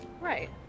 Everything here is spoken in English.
Right